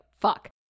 fuck